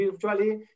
virtually